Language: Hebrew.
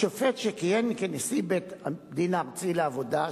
השופט שכיהן כנשיא בית-הדין הארצי לעבודה,